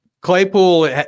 Claypool